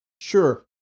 sure